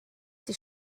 die